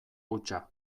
hutsa